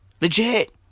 Legit